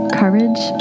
courage